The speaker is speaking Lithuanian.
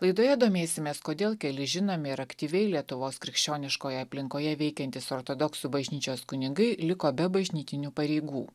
laidoje domėsimės kodėl keli žinomi ir aktyviai lietuvos krikščioniškoje aplinkoje veikiantys ortodoksų bažnyčios kunigai liko be bažnytinių pareigų